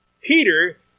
Peter